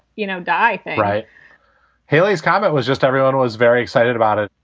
you know, die. right hayley's comet was just everyone was very excited about it.